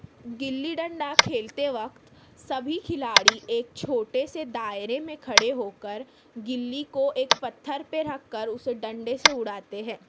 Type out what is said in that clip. گلی ڈنڈا کھیلتے وقت سبھی کھلاڑی ایک چھوٹے سے دائرے میں کھڑے ہو کر گلی کو ایک پتھر پہ رکھ کر اسے ڈنڈے سے اڑاتے ہیں